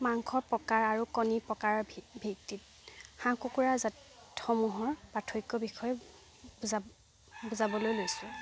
মাংস প্ৰকাৰ আৰু কণী প্ৰকাৰৰ ভিত্তিত হাঁহ কুকুৰা জাতসমূহৰ পাৰ্থক্য বিষয়ে বুজাবলৈ লৈছোঁ